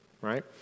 right